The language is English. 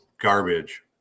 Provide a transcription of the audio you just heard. garbage